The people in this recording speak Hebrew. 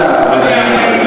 בבקשה.